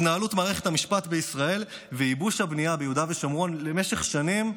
התנהלות מערכת המשפט בישראל וייבוש הבנייה ביהודה ושומרון למשך שנים,